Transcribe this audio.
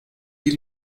die